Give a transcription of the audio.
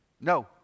No